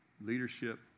leadership